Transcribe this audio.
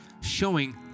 showing